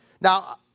Now